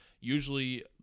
usually